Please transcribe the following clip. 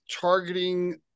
targeting